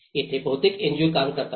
इथे बहुतेक एनजीओ काम करतात